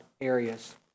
areas